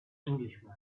englishman